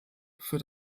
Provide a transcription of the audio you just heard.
für